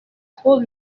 trop